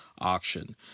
Auction